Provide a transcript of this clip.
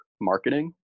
marketing